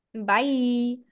Bye